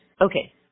Okay